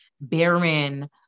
barren